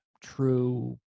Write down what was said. true